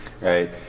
right